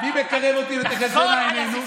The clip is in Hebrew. מי מקרב אותי ל"ותחזינה עינינו"?